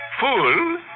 Fool